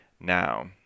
now